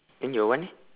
then your one eh